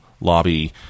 lobby